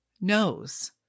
knows